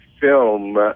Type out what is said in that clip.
film